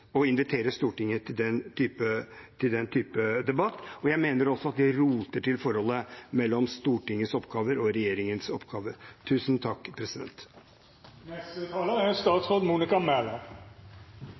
Stortinget til denne typen debatt, og jeg mener også at det roter til forholdet mellom Stortingets oppgaver og regjeringens oppgaver. Jeg skal gjøre dette relativt kort. Som flere har vært inne på, er